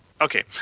Okay